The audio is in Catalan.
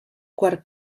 quart